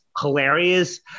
hilarious